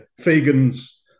Fagan's